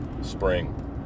spring